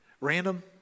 random